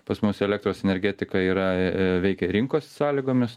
pas mus elektros energetika yra veikia rinkos sąlygomis